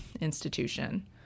institution